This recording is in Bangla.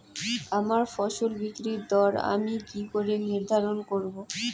আমার ফসল বিক্রির দর আমি কি করে নির্ধারন করব?